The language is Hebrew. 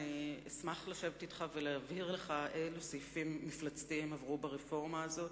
אני אשמח לשבת אתך ולהבהיר לך אילו סעיפים מפלצתיים עברו ברפורמה הזאת.